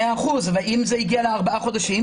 מאה אחוז, אבל אם זה הגיע לארבעה חודשים?